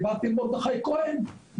דיברתי עם מרדכי כהן,